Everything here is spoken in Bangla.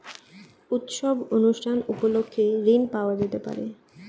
উৎসব অনুষ্ঠান উপলক্ষে ঋণ পাওয়া যেতে পারে?